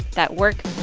that work